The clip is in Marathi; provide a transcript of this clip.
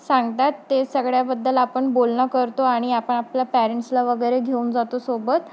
सांगतात ते सगळ्याबद्दल आपण बोलणं करतो आणि आपण आपल्या पॅरेंट्सला वगैरे घेऊन जातो सोबत